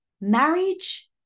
marriage